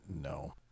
No